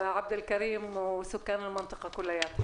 עבד אל-כרים ותושבי האזור כולה.